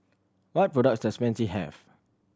what product does Pansy have